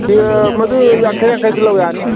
ꯃꯗꯨ ꯌꯥꯡꯈꯩ ꯌꯥꯡꯈꯩꯗ ꯂꯧ ꯌꯥꯅꯤ